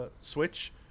Switch